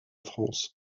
france